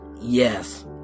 Yes